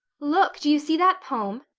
look do you see that poem?